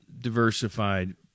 diversified